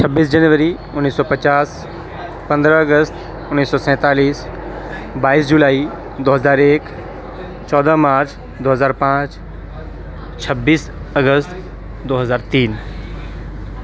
چھبیس جنوری انیس سو پچاس پندرہ اگست انیس سو سینتالیس بائیس جولائی دو ہزار ایک چودہ مارچ دو ہزار پانچ چھبیس اگست دو ہزار تین